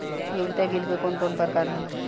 उपयोगिता बिल के कवन कवन प्रकार होला?